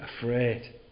afraid